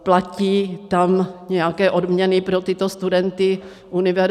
Platí tam nějaké odměny pro tyto studenty univerzita.